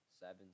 seven